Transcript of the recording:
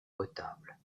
potable